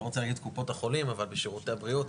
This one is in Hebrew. לא רוצה להגיד קופות החולים אבל בשירותי הבריאות,